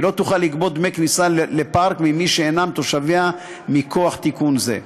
היא לא תוכל לגבות דמי כניסה לפארק ממי שאינם תושביה מכוח תיקון זה.